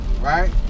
right